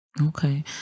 Okay